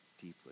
deeply